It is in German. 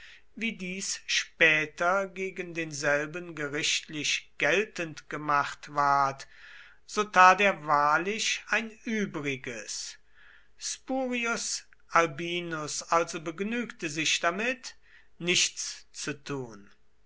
wie dies später gegen denselben gerichtlich geltend gemacht ward so tat er wahrlich ein übriges spurius albinus also begnügte sich damit nichts zu tun